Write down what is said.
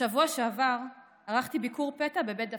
בשבוע שעבר ערכתי ביקור פתע בבית דפנה,